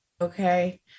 Okay